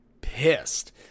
pissed